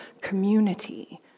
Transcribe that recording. community